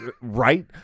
Right